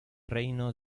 reino